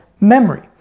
memory